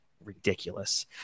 Ridiculous